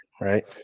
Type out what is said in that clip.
right